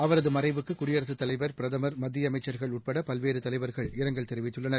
அவரது மறைவுக்கு குடியரசுத் தலைவர் பிரதமர் மத்திய அமைச்சர்கள் உட்பட பல்வேறு தலைவர்கள் இரங்கல் தெரிவித்துள்ளனர்